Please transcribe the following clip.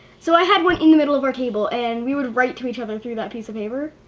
so i had one in the middle of our table and we would write to each other through that piece of paper.